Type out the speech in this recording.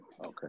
Okay